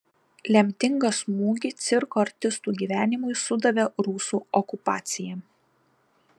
lemtingą smūgį cirko artistų gyvenimui sudavė rusų okupacija